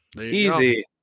Easy